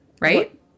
Right